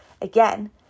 again